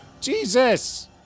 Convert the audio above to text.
Jesus